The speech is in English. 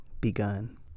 begun